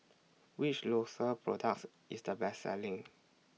Which Isocal products IS The Best Selling